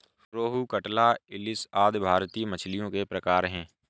रोहू, कटला, इलिस आदि भारतीय मछलियों के प्रकार है